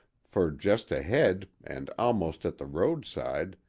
for just ahead, and almost at the roadside,